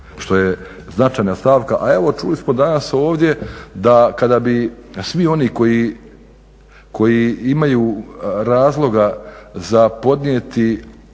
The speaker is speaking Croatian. što je značajna stavka. A evo čuli smo danas ovdje da kada bi svi oni koji imaju razloga za podnijeti,